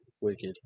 wicked